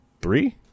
three